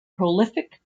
prolific